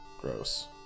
gross